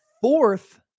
fourth